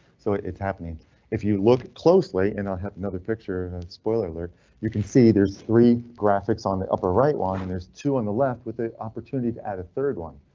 so it's happening if you look closely and i'll have another picture spoiler you can see there's three graphics on the upper right one and there's two on the left with the opportunity to add a third one.